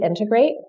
integrate